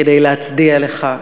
כדי להצדיע לך,